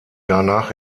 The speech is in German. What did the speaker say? danach